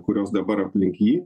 kurios dabar aplink jį